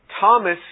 Thomas